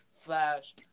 Flash